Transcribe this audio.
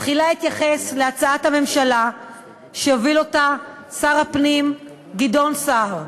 תחילה אתייחס להצעת הממשלה שהוביל אותה שר הפנים גדעון סער.